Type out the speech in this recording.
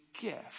gift